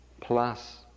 plus